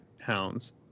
hounds